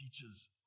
teachers